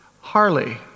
Harley